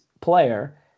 player